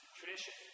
tradition